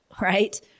right